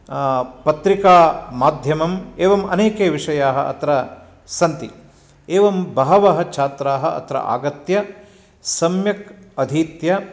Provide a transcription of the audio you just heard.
पत्रिकामाध्यमम् एवम् अनेके विषयाः अत्र सन्ति एवं बहवः छात्राः अत्र आगत्य सम्यक् अधीत्य